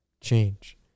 change